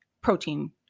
protein